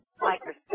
microscope